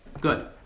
Good